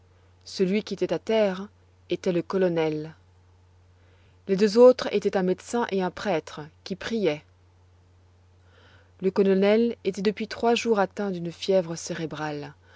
celui qui était à terre était le colonel les deux autres étaient un médecin et un prêtre qui priait le colonel était depuis trois jours atteint d'une fièvre cérébrale